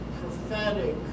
prophetic